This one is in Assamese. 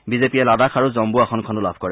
বি জে পিয়ে লাডাখ আৰু জম্মু আসনখনো দখল কৰে